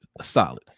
solid